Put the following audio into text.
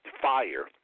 fire